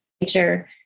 nature